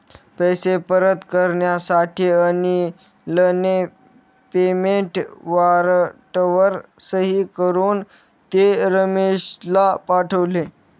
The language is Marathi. पैसे परत करण्यासाठी अनिलने पेमेंट वॉरंटवर सही करून ते रमेशला पाठवले